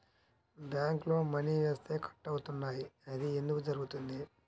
బ్యాంక్లో మని వేస్తే కట్ అవుతున్నాయి అది ఎందుకు జరుగుతోంది?